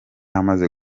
amaze